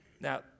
Now